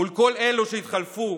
מול כל אלו שהתחלפו,